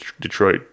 Detroit